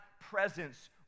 presence